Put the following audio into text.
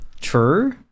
True